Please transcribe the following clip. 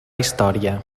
història